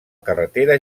carretera